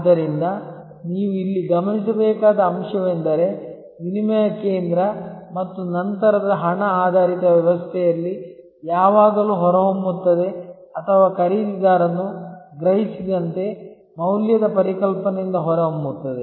ಆದ್ದರಿಂದ ನೀವು ಇಲ್ಲಿ ಗಮನಿಸಬೇಕಾದ ಅಂಶವೆಂದರೆ ವಿನಿಮಯ ಕೇಂದ್ರ ಮತ್ತು ನಂತರದ ಹಣ ಆಧಾರಿತ ವ್ಯವಸ್ಥೆಯಲ್ಲಿ ಯಾವಾಗಲೂ ಹೊರಹೊಮ್ಮುತ್ತದೆ ಅಥವಾ ಖರೀದಿದಾರನು ಗ್ರಹಿಸಿದಂತೆ ಮೌಲ್ಯದ ಪರಿಕಲ್ಪನೆಯಿಂದ ಹೊರಹೊಮ್ಮುತ್ತದೆ